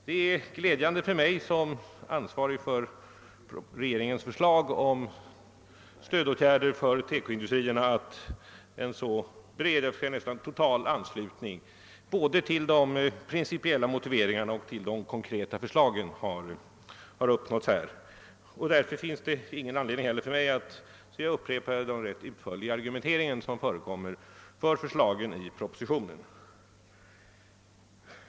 Det är glädjande för mig såsom ansvarig för regeringens förslag om stödåtgärder för TEKO-industrierna att en så bred, nästan total anslutning har uppnåtts både till de principiella motiveringarna och till de konkreta förslagen. Därför finns det ingen anledning för mig att upprepa den ganska utförliga argumentering som förekommer för förslagen i propositionen.